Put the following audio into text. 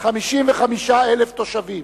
55,000 תושבים,